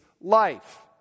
life